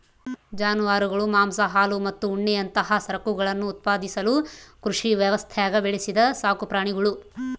ಜಾನುವಾರುಗಳು ಮಾಂಸ ಹಾಲು ಮತ್ತು ಉಣ್ಣೆಯಂತಹ ಸರಕುಗಳನ್ನು ಉತ್ಪಾದಿಸಲು ಕೃಷಿ ವ್ಯವಸ್ಥ್ಯಾಗ ಬೆಳೆಸಿದ ಸಾಕುಪ್ರಾಣಿಗುಳು